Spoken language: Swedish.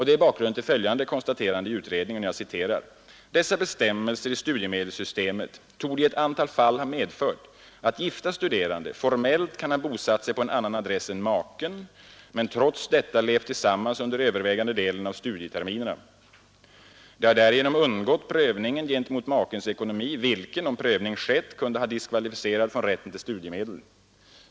Det är bakgrunden till följande konstaterande i utredningen: ”Dessa bestämmelser i studiemedelssystemet torde i ett antal fall ha medfört, att gifta studerande formellt kan ha bosatt sig på annan adress än maken, men trots detta levt tillsammans under övervägande delen av studieterminerna. De har därigenom undgått prövningen gentemot makens ekonomi, vilken, om prövning skett, kunde ha diskvalificerat från rätten till studiemedel.